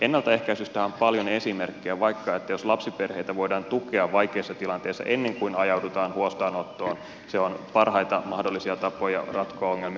ennaltaehkäisystähän on paljon esimerkkejä vaikka se että jos lapsiperheitä voidaan tukea vaikeissa tilanteissa ennen kuin ajaudutaan huostaanottoon se on parhaita mahdollisia tapoja ratkoa ongelmia